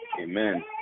Amen